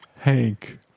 Hank